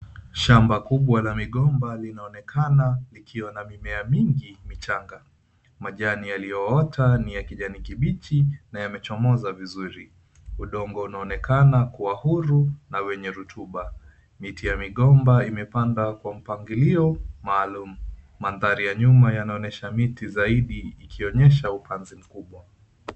Shamba kubwa la migomba linaonekana likiwa na mimea mingi michanga. Majani yalioota ni ya kijani kibichi na yamechomoza vizuri. Udongo unaonekana kuwa huru na wenye rutuba. Miti ya migomba imepandwa kwa mpangilio maalumu. Mandari ya nyuma yanaonyesha miti zaidi ikionyesha upanzi mkubwa.